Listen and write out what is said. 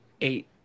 eight